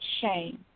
shame